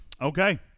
Okay